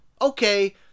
okay